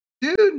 dude